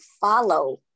follow